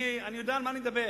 אני יודע על מה אני מדבר.